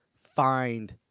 find